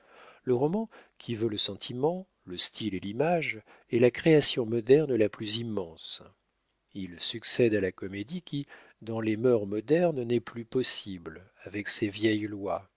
le roman qui veut le sentiment le style et l'image est la création moderne la plus immense il succède à la comédie qui dans les mœurs modernes n'est plus possible avec ses vieilles lois